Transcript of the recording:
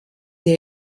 der